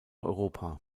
europa